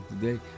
today